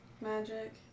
magic